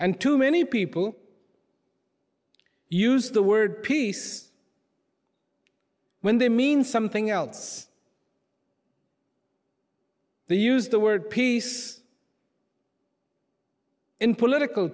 and too many people use the word peace when they mean something else they use the word peace in political